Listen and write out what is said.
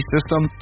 System